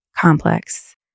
complex